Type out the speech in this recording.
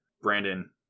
Brandon